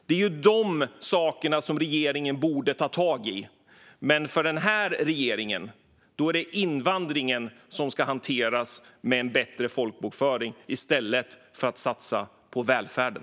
Det är dessa saker som regeringen borde ta tag i, men för den här regeringen är det invandringen man ska hantera med bättre folkbokföring i stället för att satsa på välfärden.